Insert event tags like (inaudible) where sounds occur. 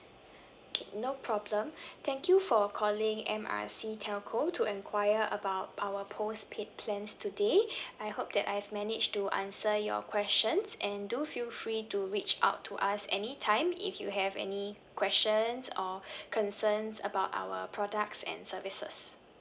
okay no problem (breath) thank you for calling M R C telco to enquire about our postpaid plans today I hope that I have managed to answer your questions and do feel free to reach out to us any time if you have any questions or concerns about our products and services